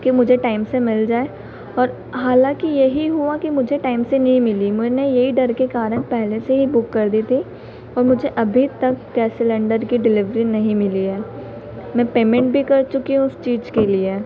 कि मुझे टाइम से मिल जाए और हालाँकि यही हुआ कि मुझे टाइम से नहीं मिली मने यही डर के कारण पहले से ही बुक कर दी थी और मुझे अभी तक गैस सिलेन्डर की डिलीवरी नहीं मिली है मैं पेमेन्ट भी कर चुकी हूँ उस चीज़ के लिए